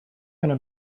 going